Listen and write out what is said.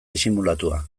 disimulatua